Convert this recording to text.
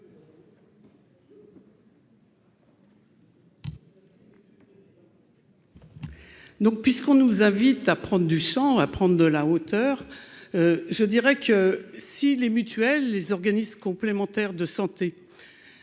Donc, puisqu'on nous invite à prendre du Champ, à prendre de la hauteur, je dirais que si les mutuelles, les organismes complémentaires de santé